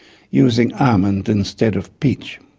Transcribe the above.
using almond instead of peach.